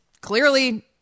clearly